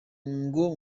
ngo